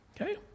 Okay